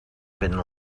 been